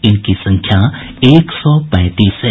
इनकी संख्या एक सौ पैंतीस है